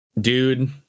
dude